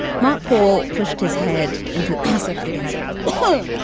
mark paul pushed his head into acid against her. oh,